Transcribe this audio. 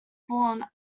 born